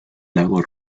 lago